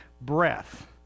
breath